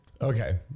Okay